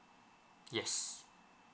yes